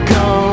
go